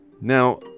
Now